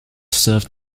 served